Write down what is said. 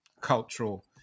cultural